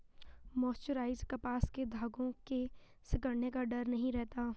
mercerised कपास के धागों के सिकुड़ने का डर नहीं रहता